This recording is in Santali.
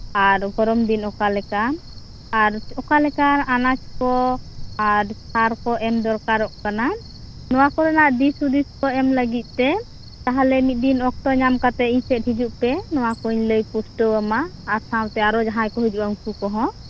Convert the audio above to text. ᱟᱨ ᱜᱚᱨᱚᱢ ᱫᱤᱱ ᱚᱠᱟ ᱞᱮᱠᱟ ᱟᱨ ᱚᱠᱟ ᱞᱮᱠᱟ ᱟᱱᱟᱡᱽ ᱠᱚ ᱟᱨ ᱥᱟᱨ ᱠᱚ ᱮᱢ ᱫᱚᱨᱠᱟᱨᱚᱜ ᱠᱟᱱᱟ ᱱᱚᱣᱟ ᱠᱚᱨᱮᱱᱟᱜ ᱫᱤᱥᱦᱩᱫᱤᱥ ᱠᱚ ᱮᱢ ᱞᱟᱜᱤᱫ ᱛᱮ ᱛᱟᱦᱞᱮ ᱢᱤᱜᱫᱤᱱ ᱚᱠᱛᱚ ᱧᱟᱢ ᱠᱟᱛᱮᱫ ᱤᱧ ᱥᱮᱡ ᱦᱤᱡᱩᱜ ᱯᱮ ᱚᱱᱟ ᱠᱚᱧ ᱞᱟᱹᱭ ᱯᱩᱥᱴᱟᱹᱣ ᱟᱢᱟ ᱟᱨ ᱥᱟᱶᱛᱮ ᱟᱨᱦᱚᱸ ᱡᱟᱦᱟᱸᱭ ᱠᱚ ᱦᱤᱡᱩᱜᱼᱟ ᱩᱝᱠᱩ ᱠᱚᱦᱚᱸ